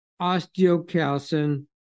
osteocalcin